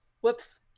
Whoops